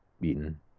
beaten